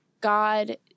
God